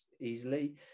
easily